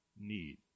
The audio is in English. need